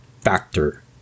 factor